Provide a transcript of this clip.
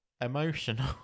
emotional